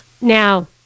Now